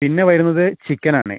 പിന്നെ വരുന്നത് ചിക്കൻ ആണ്